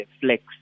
flex